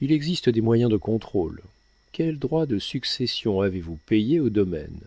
il existe des moyens de contrôle quels droits de succession avez-vous payés au domaine